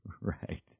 Right